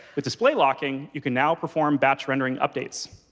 with display locking, you can now perform batch rendering updates.